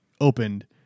opened